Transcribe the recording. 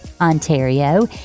Ontario